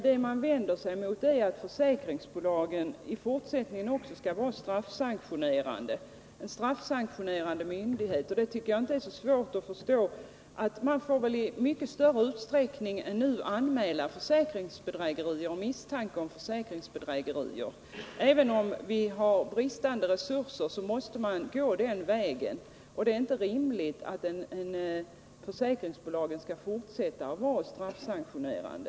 Det man vänder sig emot är att ringslag försäkringsbolagen också i fortsättningen skall vara straffsanktionerande myndighet. Och jag tycker inte att det är svårt att förstå det resonemanget. Det kommer att bli nödvändigt att i mycket större utsträckning än nu anmäla försäkringsbedrägeri och misstanke om försäkringsbedrägeri. Även om vi har ont om resurser måste man gå den vägen, och det är inte rimligt att försäkringsbolagen skall fortsätta att vara straffsanktionerande.